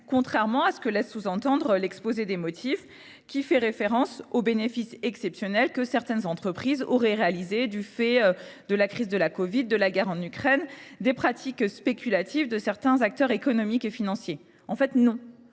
contrairement à ce que laisse entendre l’exposé des motifs, qui fait référence aux bénéfices exceptionnels que certaines entreprises auraient réalisés du fait de l’« épidémie de covid 19, [de] la guerre en Ukraine et [d]es pratiques spéculatives de certains acteurs économiques et financiers ». En réalité,